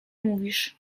mówisz